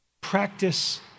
Practice